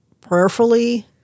prayerfully